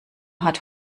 hat